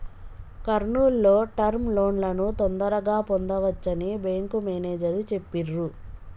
కర్నూల్ లో టర్మ్ లోన్లను తొందరగా పొందవచ్చని బ్యేంకు మేనేజరు చెప్పిర్రు